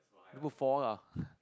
then put four lah